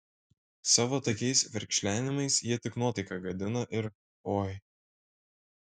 savo tokiais verkšlenimais jie tik nuotaiką gadina ir oi